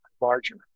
larger